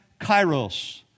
kairos